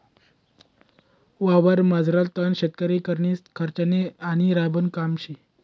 वावरमझारलं तण शेतकरीस्नीकरता खर्चनं आणि राबानं काम शे